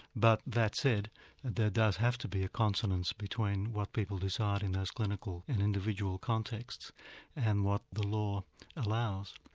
but that said there does have to be a consonance between what people decide in those clinical and individual contexts and what the law allows.